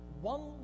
One